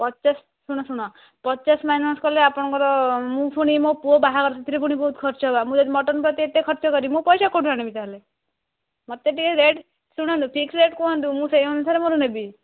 ପଚାଶ ଶୁଣ ଶୁଣ ପଚାଶ ମାଇନସ୍ କଲେ ଆପଣଙ୍କର ମୁଁ ଫୁଣି ମୋ ପୁଅ ବାହାଘର ସେଥିରେ ପୁଣି ବହୁତ ଖର୍ଚ୍ଚ ହେବ ମୁଁ ଯଦି ମଟନ୍ ପ୍ରତି ଏତେ ଖର୍ଚ୍ଚ କରିବି ମୁଁ ପଇସା କେଉଁଠୁ ଆଣିବି ତାହେଲେ ମୋତେ ଟିକେ ରେଟ୍ ଶୁଣନ୍ତୁ ଫିକ୍ସ ରେଟ୍ କୁହନ୍ତୁ ମୁଁ ସେହି ଅନୁସାରେ ମୋର ନେବି